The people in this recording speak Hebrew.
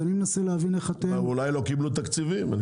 אולי לא קיבלו תקציבים.